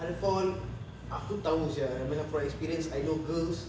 aku tahu sia macam from experience I know girls